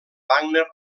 wagner